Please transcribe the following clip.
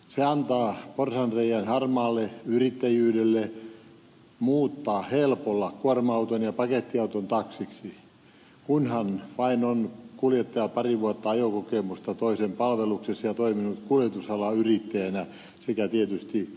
se antaa porsaanreiän harmaalle yrittäjyydelle muuttaa helpolla kuorma auto ja pakettiauto taksiksi kunhan vain on kuljettajalla pari vuotta ajokokemusta toisen palveluksesta ja on toiminut kuljetusalan yrittäjänä sekä tietysti tehdään auton muutokset